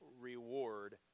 reward